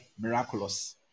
miraculous